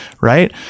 right